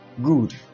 good